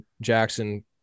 Jackson